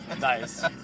Nice